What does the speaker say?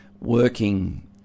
working